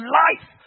life